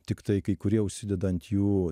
tiktai kai kurie užsideda ant jų